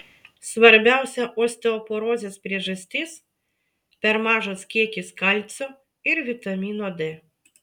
svarbiausia osteoporozės priežastis per mažas kiekis kalcio ir vitamino d